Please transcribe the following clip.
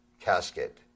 casket